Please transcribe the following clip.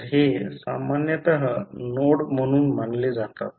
तर हे सामान्यत नोड म्हणून मानले जातात